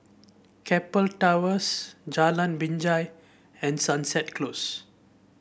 Keppel Towers Jalan Binjai and Sunset Close